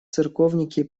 церковники